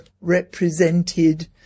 represented